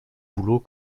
boulots